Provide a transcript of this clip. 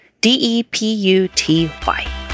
D-E-P-U-T-Y